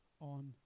on